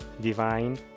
divine